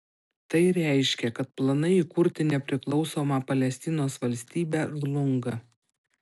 tai reiškia kad planai įkurti nepriklausomą palestinos valstybę žlunga